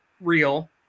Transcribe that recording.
real